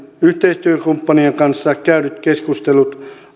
yhteistyökumppanien kanssa käydyt keskustelut